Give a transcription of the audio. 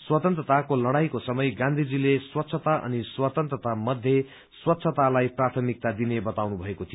स्वतन्त्रताको लड़ाईमा समय गाँधीजीले स्वच्छता अनि स्वतन्त्रता मध्ये स्वच्छतालाई प्राथमिकता दिने बताउनुभएको थियो